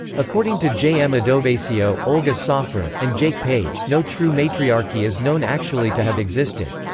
according to j. m. adovasio, olga soffer, and jake page, no true matriarchy is known actually to have existed.